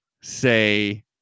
say